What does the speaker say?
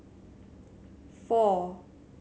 four